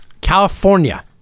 california